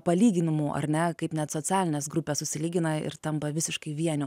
palyginimų ar ne kaip net socialinės grupės susilygina ir tampa visiškai vieniu